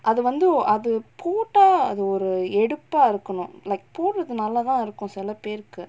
அதுவந்து அது போட்ட அது ஒரு எடுப்பா இருக்கனும்:athuvanthu athu potta athu oru eduppaa irukkanum like போடுறது நல்லாதா இருக்கு சிலபேருக்கு:podurathu nallathaa irukku silaperukku